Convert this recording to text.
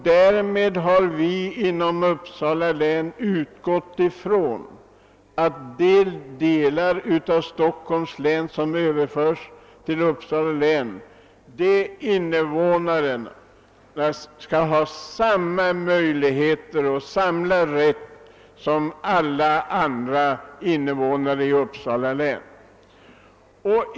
Därvid har vi inom Uppsala län utgått ifrån att invånarna i de delar av Stockholms län som överförts till Uppsala län skall ha samma möjligheter och rättigheter som alla andra invånare i Uppsala län.